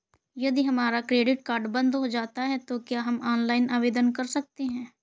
यदि हमारा credit card बंद हो जाता है तो क्या हम ऑनलाइन आवेदन कर सकते हैं?